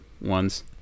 ones